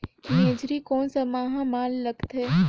मेझरी कोन सा माह मां लगथे